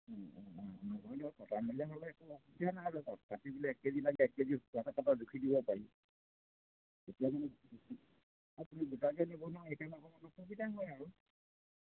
অঁ অঁ অঁ নহয় দিয়ক কটা মেলা ল'লে একো অসুবিধা নাই বাৰু লগতে কাটি দিলে এক কে জি লাগে এক কে জি কটা জোখি দিব পাৰি তেতিয়া কিন্তু আপুনি গোটাকৈ ল'ব ন সেইকাৰণে অলপ সুবিধা হয় আৰু